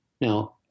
Now